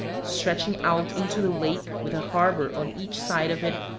stretching out into the lake, with a harbor on each side of it,